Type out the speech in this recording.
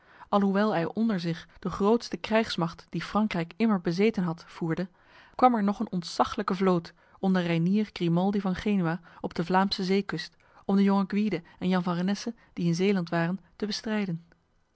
alhoewel hij onder zich de grootste krijgsmacht die frankrijk immer bezeten had voerde kwam er nog een ontzaglijke vloot onder reinier grimaldi van genua op de vlaamse zeekust om de jonge gwyde en jan van renesse die in zeeland waren te bestrijden